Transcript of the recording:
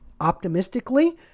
optimistically